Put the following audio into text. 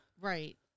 Right